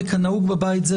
וכנהוג בבית זה,